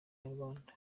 inyarwanda